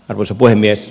arvoisa puhemies